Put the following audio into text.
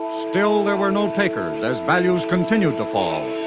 still there were no takers as values continued to fall.